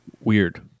Weird